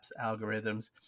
algorithms